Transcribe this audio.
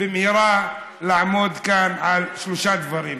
במהירה לעמוד כאן על שלושה דברים,